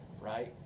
right